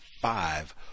five